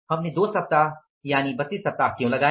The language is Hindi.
हमने दो सप्ताह और यानि 32 सप्ताह क्यों लगाए